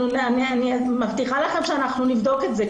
אני מבטיחה לכם שאנחנו נבדוק את זה,